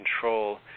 control